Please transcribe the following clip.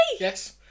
Yes